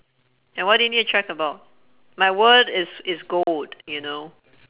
and what do you need to check about my word is is gold you know